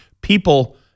people